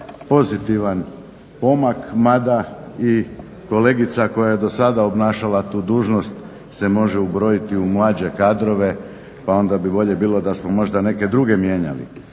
pozitivan pomak mada i kolegica koja je dosada obnašala tu dužnost se može ubrojiti u mlađe kadrove pa onda bi bolje bilo da smo možda neke druge mijenjali.